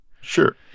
Sure